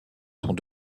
sont